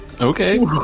Okay